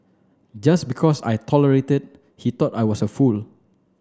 just because I tolerated he thought I was a fool